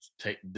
take